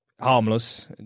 harmless